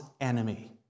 enemy